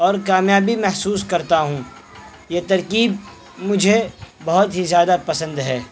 اور کامیابی محسوس کرتا ہوں یہ ترکیب مجھے بہت ہی زیادہ پسند ہے